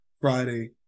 Friday